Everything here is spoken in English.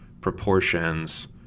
proportions